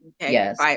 yes